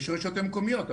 יש רשויות מקומיות.